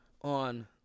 on